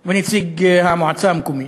בעלי הבתים ונציג המועצה המקומית,